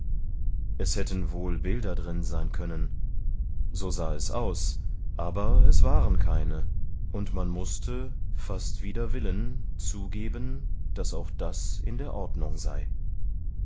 es hätten wohl bilder drin sein können so sah es aus aber es waren keine und man mußte fast wider willen zugeben daß auch das in der ordnung sei